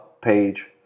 page